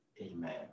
Amen